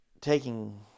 taking